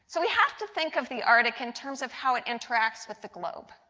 so we have to think of the arctic in terms of how it interacts with the globe.